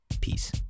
Peace